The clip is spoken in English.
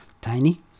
Tiny